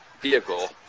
vehicle